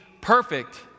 perfect